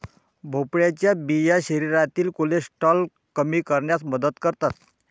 भोपळ्याच्या बिया शरीरातील कोलेस्टेरॉल कमी करण्यास मदत करतात